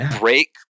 break